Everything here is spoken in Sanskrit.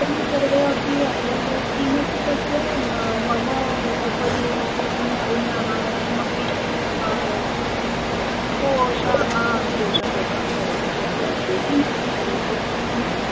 तर्हि सर्वे अपि अत्रैव किमपि तस्य मा मम उपरि तस्य भिन्नभिन्नाः किमपि दोषः आं दोषारोपणं करोति सर्वे अपि किमर्थं करोति न